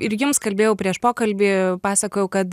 ir jums kalbėjau prieš pokalbį pasakojau kad